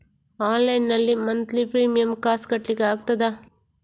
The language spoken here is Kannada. ಆನ್ಲೈನ್ ನಲ್ಲಿ ಮಂತ್ಲಿ ಪ್ರೀಮಿಯರ್ ಕಾಸ್ ಕಟ್ಲಿಕ್ಕೆ ಆಗ್ತದಾ?